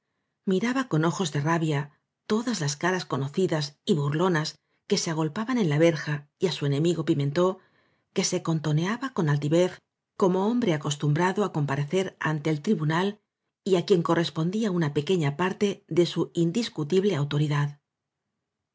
ba con ojos de rabia todas las caras conocidas burlonas que se agolpaban en la verja y á su enemigo pimentón que se contoneaba con alti vez como hombre acostumbrado á comparecer ante el tribunal y á quien correspondía una pe queña parte de su indiscutible autoridad